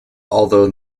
although